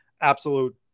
absolute